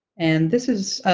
and this is